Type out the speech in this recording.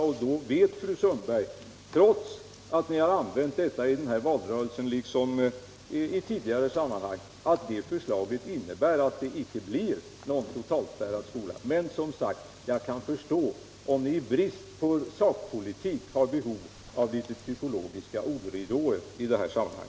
Fru Sundberg vet, trots att ni har använt detta i valrörelsen liksom i tidigare sammanhang, att det förslaget innebär att det icke blir någon totalspärrad högskola. Men jag kan som sagt förstå om ni i brist på sakpolitik har behov av en del psykologiska ordridåer i dessa sammanhang.